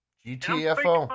gtfo